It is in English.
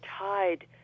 tied